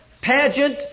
pageant